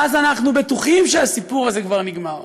ואז אנחנו בטוחים שהסיפור הזה כבר נגמר,